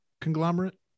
conglomerate